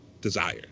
Desire